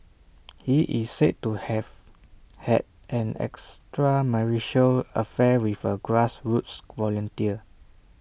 he is said to have had an extramarital affair with A grassroots volunteer